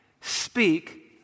speak